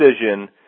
decision